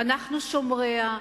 אנחנו שומריה,